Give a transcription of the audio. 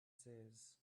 says